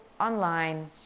online